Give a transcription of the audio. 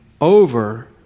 over